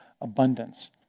abundance